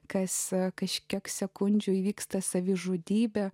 kas kažkiek sekundžių įvyksta savižudybė